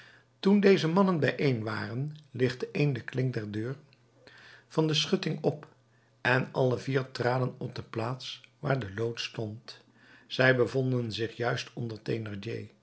toen deze mannen bijeen waren lichtte een de klink der deur van de schutting op en alle vier traden op de plaats waar de loods stond zij bevonden zich juist onder